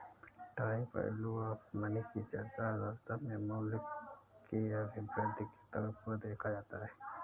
time value of money की चर्चा अर्थव्यवस्था में मूल्य के अभिवृद्धि के तौर पर देखा जाता है